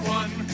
one